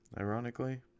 ironically